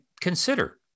consider